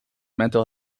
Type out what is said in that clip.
mental